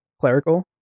clerical